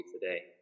today